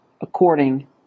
according